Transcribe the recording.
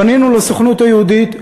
פנינו לסוכנות היהודית.